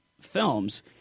films